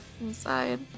inside